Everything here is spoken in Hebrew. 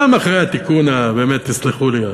גם אחרי התיקון הבאמת, תסלחו לי,